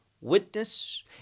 witness